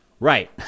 Right